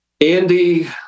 Andy